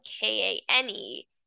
k-a-n-e